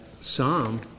Psalm